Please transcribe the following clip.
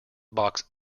box